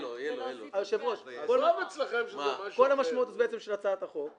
אדוני היושב ראש, כל המשמעות של הצעת החוק היא